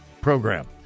program